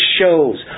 shows